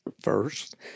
first